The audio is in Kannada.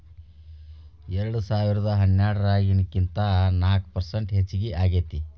ಎರೆಡಸಾವಿರದಾ ಹನ್ನೆರಡರಾಗಿನಕಿಂತ ನಾಕ ಪರಸೆಂಟ್ ಹೆಚಗಿ ಆಗೇತಿ